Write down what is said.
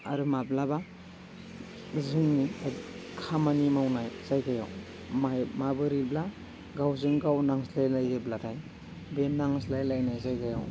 आरो माब्लाबा जोंनि एबा खामानि मावनाय जायगायाव माबोरैबा गावजों गाव नांज्लायलायो बाथाय बे नांज्लायलायनाय जायगायाव